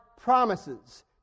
promises